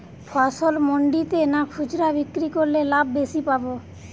ফসল মন্ডিতে না খুচরা বিক্রি করলে লাভ বেশি পাব?